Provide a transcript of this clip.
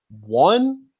one